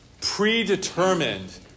predetermined